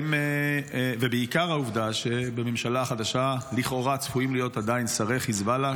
ובעיקר העובדה שבממשלה החדשה לכאורה עדיין צפויים להיות שרי חיזבאללה.